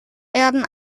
werden